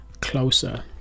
closer